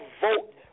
vote